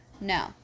No